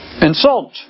insult